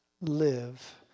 live